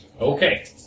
Okay